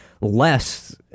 less